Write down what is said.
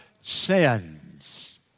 sins